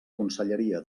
conselleria